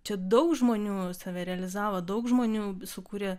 čia daug žmonių save realizavo daug žmonių sukūrė